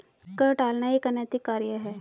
कर टालना एक अनैतिक कार्य है